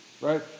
right